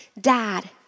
Dad